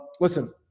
listen